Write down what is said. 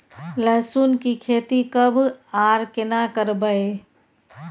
लहसुन की खेती कब आर केना करबै?